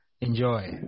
Enjoy